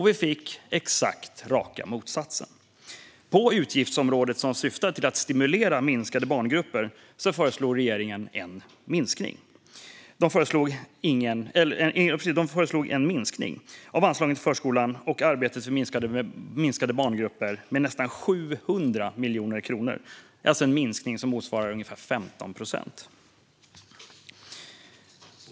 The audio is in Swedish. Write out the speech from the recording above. Vi fick exakt raka motsatsen. På utgiftsområdet som syftar till att stimulera minskade barngrupper föreslog regeringen en minskning. Man föreslog en minskning av anslagen till förskolan och arbetet med minskade barngrupper med nästan 700 miljoner kronor. Det är en minskning som motsvarar ungefär 15 procent.